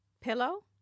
pillow